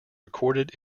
recorded